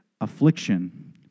Affliction